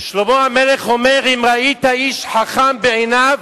שלמה המלך אומר: אם ראית איש חכם בעיניו,